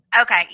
Okay